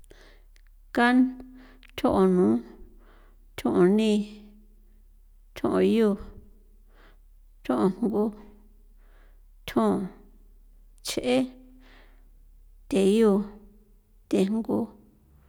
Kan tho'on nu, tho'on ni, tho'on yu, tho'on jngu, thjon, ch'e, the yu, the jngu, the, na, ni, yatu, jon, n'on, nu, ni, yu, jngu.